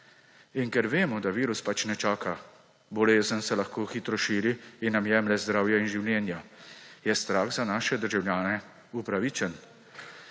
In ker vemo, da virus pač ne čaka, bolezen se lahko hitro širi in nam jemlje zdravje in življenja, je strah za naše državljane upravičen.